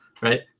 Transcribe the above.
right